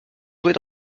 jouer